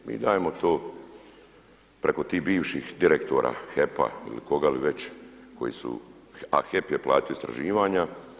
Mi dajemo to preko tih bivših direktora HEP-a ili koga li već koji su, a HEP je platio istraživanja.